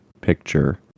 picture